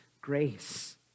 grace